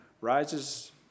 rises